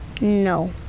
No